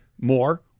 more